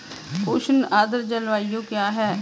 उष्ण आर्द्र जलवायु क्या है?